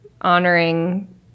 honoring